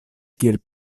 kiel